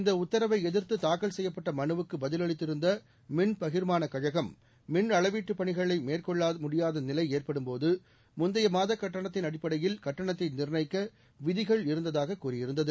இந்த உத்தரவை எதிர்த்து தாக்கல் செய்யப்பட்ட மனுவுக்கு பதிலளித்திருந்த மின்பகிர்மானக் கழகம் மின் அளவீட்டுப் பணிகளை மேற்கொள்ளாத முடியாத நிலை ஏற்படும்போது முந்தைய மாதக் கட்டணத்தின் அடிப்படையில் கட்டணத்தை நிர்ணயிக்க விதிகள் இருந்ததாக கூறியிருந்தது